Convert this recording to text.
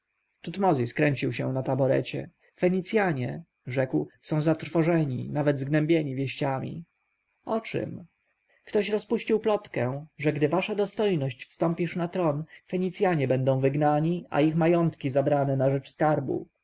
tutmozis kręcił się na taborecie fenicjanie rzekł są zatrwożeni nawet zgnębieni wieściami o czem ktoś rozpuścił plotkę że gdy wasza dostojność wstąpisz na tron fenicjanie będą wygnani a ich majątki zabrane na rzecz skarbu